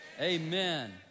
Amen